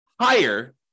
higher